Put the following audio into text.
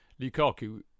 Lukaku